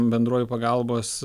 bendruoju pagalbos